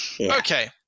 okay